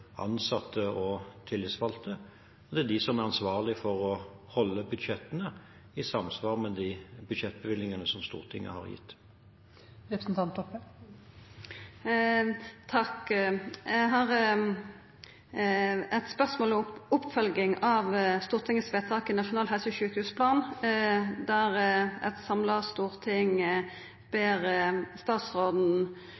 ansatte og tillitsvalgte. Det er de som er ansvarlige for å holde budsjettene i samsvar med de budsjettbevilgningene som Stortinget har gitt. Eg har eit spørsmål om oppfølging av Stortingets vedtak i samband med Nasjonal helse- og sjukehusplan, der eit samla storting